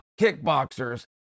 kickboxers